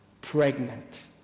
pregnant